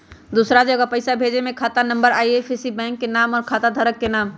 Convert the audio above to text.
दूसरा जगह पईसा भेजे में खाता नं, आई.एफ.एस.सी, बैंक के नाम, और खाता धारक के नाम?